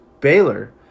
Baylor